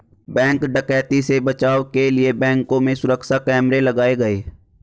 bank डकैती से बचाव के लिए बैंकों में सुरक्षा कैमरे लगाये गये